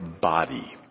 body